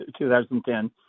2010